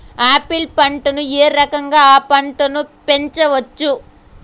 Apple పంటను ఏ రకంగా అ పంట ను పెంచవచ్చు?